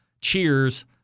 Cheers